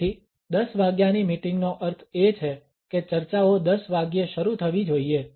તેથી 10 વાગ્યાની મીટિંગનો અર્થ એ છે કે ચર્ચાઓ 10 વાગ્યે શરૂ થવી જોઈએ